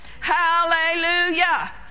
Hallelujah